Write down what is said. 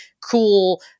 cool